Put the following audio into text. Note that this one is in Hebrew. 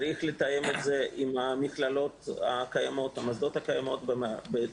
צריך לתאם את זה עם המוסדות שכבר קיימים,